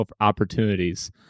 opportunities